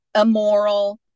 immoral